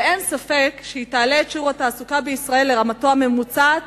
ואין ספק שהיא תעלה את שיעור התעסוקה בישראל לרמתו הממוצעת